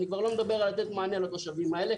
אני כבר לא מדבר על לתת מענה לתושבים האלה.